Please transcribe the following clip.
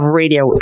radio